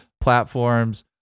platforms